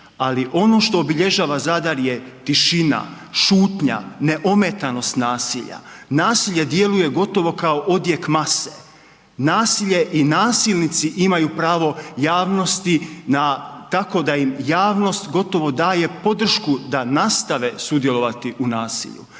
ali ono što obilježava Zadar je tišina, šutnja, neometanost nasilja. Nasilje djeluje gotovo kao odjek mase, nasilje i nasilnici imaju pravo javnosti tako da im javnost gotovo daje podršku da nastave sudjelovati u nasilju.